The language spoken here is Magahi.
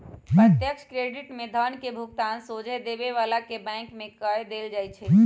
प्रत्यक्ष क्रेडिट में धन के भुगतान सोझे लेबे बला के बैंक में कऽ देल जाइ छइ